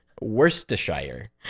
Worcestershire